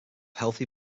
healthy